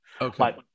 Okay